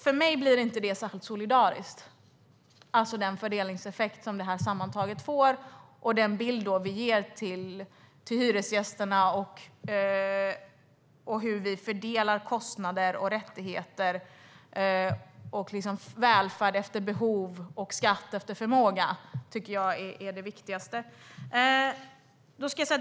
För mig är den fördelningseffekt som detta sammantaget får inte särskilt solidarisk eller den bild vi ger till hyresgästerna av hur vi fördelar kostnader och rättigheter. Välfärd efter behov och skatt efter förmåga är det viktigaste.